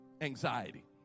anxiety